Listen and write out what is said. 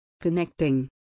Connecting